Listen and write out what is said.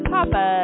Papa